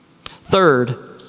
Third